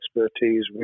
expertise